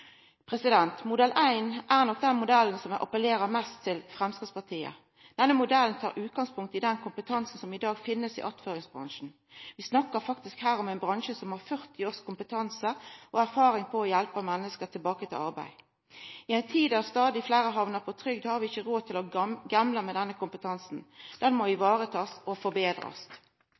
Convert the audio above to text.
tiltak. Modell 1 er den modellen som appellerer mest til Framstegspartiet. Denne modellen tar utgangspunkt i den kompetansen som i dag finst i attføringsbransjen. Vi snakkar her om ein bransje som har 40 års kompetanse og erfaring med å hjelpa menneske tilbake til arbeid. I ei tid då stadig fleire hamnar på trygd, har vi ikkje råd til å gambla med denne kompetansen, han må varetakast og